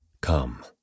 Come